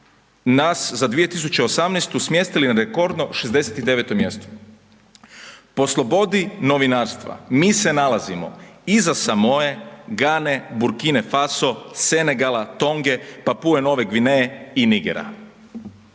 nas za 2018. smjestili na rekordno 69. mjesto. Po slobodi novinarstva mi se nalazimo iza Samoe, Gane, Burkine Faso, Senegala, Tonge, Papue Nove Gvineje i Nigera.